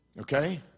Okay